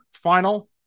final